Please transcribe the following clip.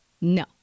no